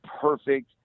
perfect